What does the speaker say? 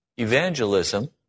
evangelism